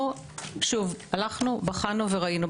בחנו וראינו.